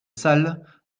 salles